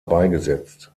beigesetzt